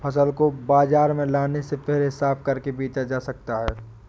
फसल को बाजार में लाने से पहले साफ करके बेचा जा सकता है?